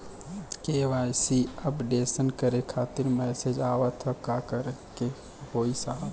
KYC updation करें खातिर message आवत ह का करे के होई साहब?